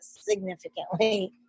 significantly